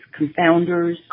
confounders